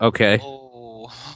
okay